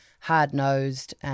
hard-nosed